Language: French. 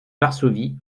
varsovie